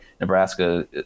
Nebraska